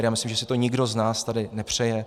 Já myslím, že si to nikdo z nás tady nepřeje.